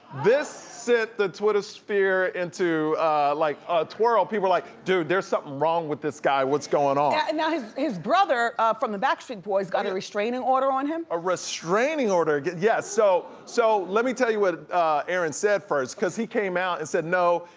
this sent the twitter-sphere into like, a twirl. people were like, dude, there's something wrong with this guy, what's going on? and now his his brother from the backstreet boys got a restraining order on him? a restraining order, yeah. so so let me tell you what aaron said first, cause he came out and said, no.